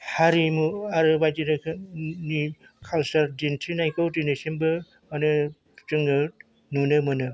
हारिमु आरो बायदि रोखोमनि काल्चार दिन्थिनायखौ दिनैसिमबो माने जोङो नुनो मोनो